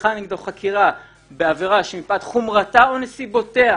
שנפתחה נגדו חקירה בעבירה שמפאת חומרתה או נסיבותיה